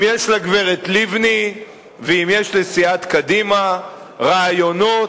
אם יש לגברת לבני ואם יש לסיעת קדימה רעיונות